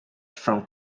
from